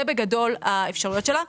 זה בגדול האפשרויות שלה.